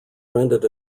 rented